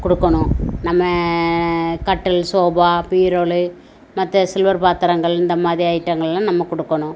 கொடுக்கணும் நம்ம கட்டில் சோபா பீரோலு மற்ற சில்வர் பாத்திரங்கள் இந்த மாதிரி ஐட்டங்கள்லாம் நம்ம கொடுக்கணும்